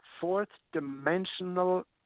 fourth-dimensional